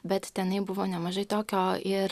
bet tenai buvo nemažai tokio ir